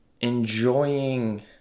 enjoying